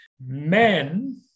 men